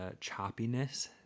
choppiness